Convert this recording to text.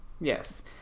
Yes